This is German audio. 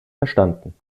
verstanden